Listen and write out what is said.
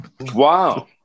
Wow